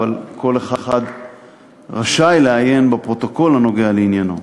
אבל כל אחד רשאי לעיין בפרוטוקול הנוגע לעניינו.